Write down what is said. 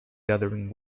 gathering